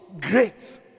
great